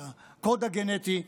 את הקוד הגנטי,